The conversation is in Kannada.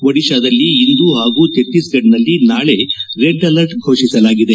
ಒಡಿತಾದಲ್ಲಿ ಇಂದು ಹಾಗೂ ಛತ್ತೀಸ್ಗಢದಲ್ಲಿ ನಾಳೆ ರೆಡ್ ಅಲರ್ಟ್ ಘೋಷಿಸಲಾಗಿದೆ